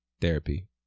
therapy